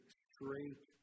straight